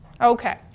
Okay